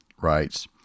writes